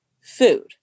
food